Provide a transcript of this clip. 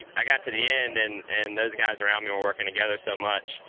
i got to the end, and and those guys around me were working together so much,